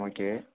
okay